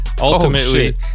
Ultimately